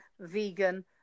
vegan